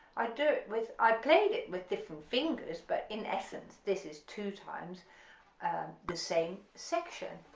i do it with, i played it with different fingers but in essence this is two times the same section,